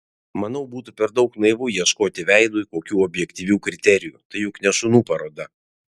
manau būtų per daug naivu ieškoti veidui kokių objektyvių kriterijų tai juk ne šunų paroda